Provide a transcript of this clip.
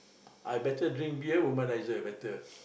I better drink beer womanizer better